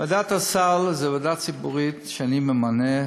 ועדת הסל היא ועדה ציבורית שאני ממנה,